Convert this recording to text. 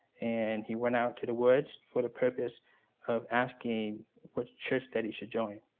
and he went out to the woods for the purpose of asking which church that he should join.